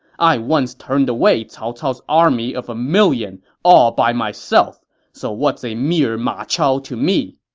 i once turned away cao cao's army of a million all by myself, so what's a mere ma chao to me!